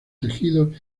tejidos